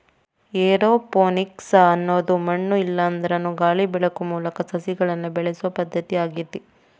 aeroponics ಅನ್ನೋದು ಮಣ್ಣು ಇಲ್ಲಾಂದ್ರನು ಗಾಳಿ ಬೆಳಕು ಮೂಲಕ ಸಸಿಗಳನ್ನ ಬೆಳಿಸೋ ಪದ್ಧತಿ ಆಗೇತಿ